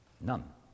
None